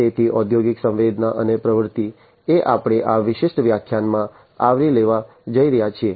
તેથી ઔદ્યોગિક સંવેદના અને પ્રવૃતિ એ આપણે આ વિશિષ્ટ વ્યાખ્યાનમાં આવરી લેવા જઈ રહ્યા છીએ